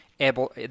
able